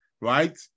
right